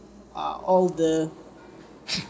uh all the